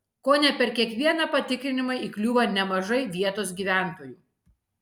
kone per kiekvieną patikrinimą įkliūva nemažai vietos gyventojų